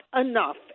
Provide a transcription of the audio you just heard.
enough